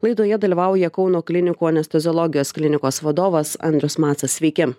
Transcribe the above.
laidoje dalyvauja kauno klinikų anesteziologijos klinikos vadovas andrius macas sveiki